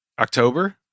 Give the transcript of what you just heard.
October